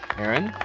aaron,